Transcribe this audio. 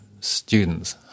students